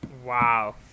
Wow